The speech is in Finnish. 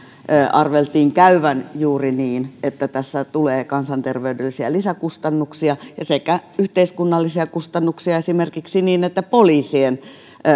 arveltiin käyvän juuri niin että tässä tulee kansanterveydellisiä lisäkustannuksia sekä yhteiskunnallisia kustannuksia esimerkiksi niin että poliisien